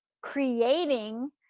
creating